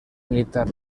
militar